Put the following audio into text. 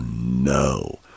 no